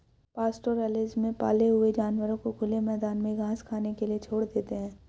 pastoralism में पाले हुए जानवरों को खुले मैदान में घास खाने के लिए छोड़ देते है